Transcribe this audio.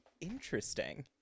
interesting